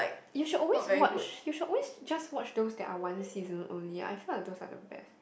you should always watch you should always just watch those that are one season only I feel like those are the best